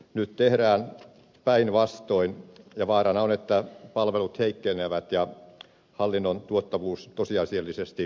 nyt tehdään päinvastoin ja vaarana on että palvelut heikkenevät ja hallinnon tuottavuus tosiasiallisesti vähenee